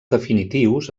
definitius